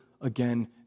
again